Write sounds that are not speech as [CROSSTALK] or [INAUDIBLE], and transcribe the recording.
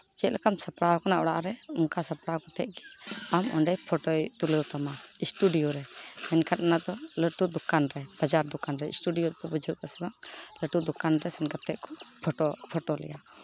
ᱪᱮᱫ ᱞᱮᱠᱟᱢ ᱥᱟᱯᱲᱟᱣ ᱟᱠᱟᱱᱟ ᱚᱲᱟᱜ ᱨᱮ ᱚᱱᱠᱟ ᱥᱟᱯᱲᱟᱣ ᱠᱟᱛᱮᱫ ᱜᱮ ᱟᱢ ᱚᱸᱰᱮ ᱯᱷᱳᱴᱳᱭ ᱛᱩᱞᱟᱹᱣ ᱛᱟᱢᱟ ᱥᱴᱩᱰᱤᱭᱳ ᱨᱮ ᱢᱮᱱᱠᱷᱟᱱ ᱚᱱᱟ ᱫᱚ ᱞᱟᱹᱴᱩ ᱫᱚᱠᱟᱱ ᱨᱮ ᱵᱟᱡᱟᱨ ᱫᱚᱠᱟᱱ ᱨᱮ ᱥᱴᱩᱰᱤᱭᱳ ᱨᱮᱠᱚ [UNINTELLIGIBLE] ᱞᱟᱹᱴᱩ ᱫᱚᱠᱟᱱ ᱨᱮ ᱥᱮᱱ ᱠᱟᱛᱮᱫ ᱠᱚ ᱯᱷᱳᱴᱳ ᱯᱷᱳᱴᱳ ᱞᱮᱭᱟ